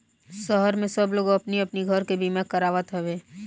शहर में सब लोग अपनी अपनी घर के बीमा करावत हवे